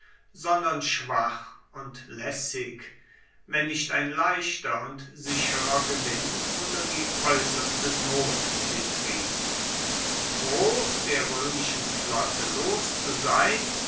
sondern schwach und laessig wenn nicht ein leichter und sicherer gewinn oder die aeusserste not sie trieb froh der roemischen flotte los zu sein